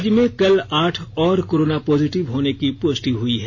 राज्य में कल आठ और कोरोना पॉजिटिव होने की पुष्टि हुई है